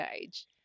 age